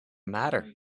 matter